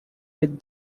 with